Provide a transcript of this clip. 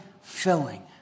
filling